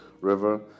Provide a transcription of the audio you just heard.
river